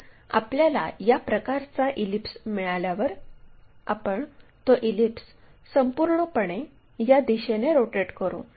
तर आपल्याला या प्रकारचा इलिप्स मिळाल्यावर आपण तो इलिप्स संपूर्णपणे या दिशेने रोटेट करू